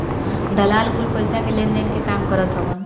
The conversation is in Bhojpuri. दलाल कुल पईसा के लेनदेन के काम करत हवन